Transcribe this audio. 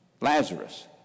Lazarus